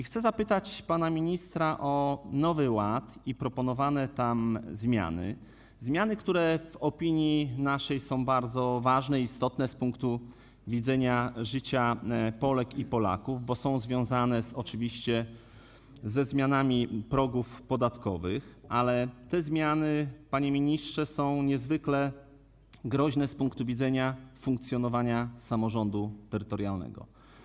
Chcę zapytać pana ministra o Nowy Ład i proponowane tam zmiany, zmiany, które w naszej opinii są bardzo ważne, istotne z punktu widzenia życia Polek i Polaków, bo są związane ze zmianami progów podatkowych, ale te zmiany, panie ministrze, są niezwykle groźne z punktu widzenia funkcjonowania samorządu terytorialnego.